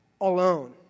alone